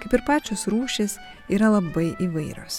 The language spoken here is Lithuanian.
kaip ir pačios rūšys yra labai įvairios